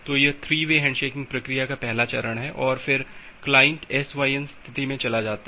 तो यह 3 way handshaking प्रक्रिया का पहला चरण है और फिर क्लाइंट SYN स्थिति में चला जाता है